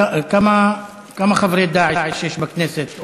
כמה חברי "דאעש" יש בכנסת,